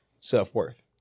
self-worth